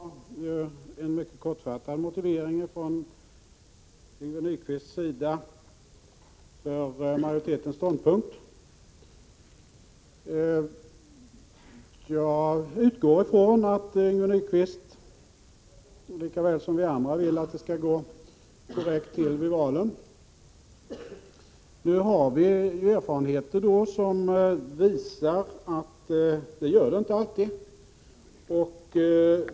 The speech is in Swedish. Herr talman! Det var en mycket kortfattad motivering för majoritetens ståndpunkt från Yngve Nyquists sida. Jag utgår från att Yngve Nyquist, lika väl som vi andra, vill att det skall gå korrekt till vid valen. Nu har vi erfarenheter som visar att det inte alltid gör det.